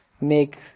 make